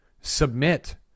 submit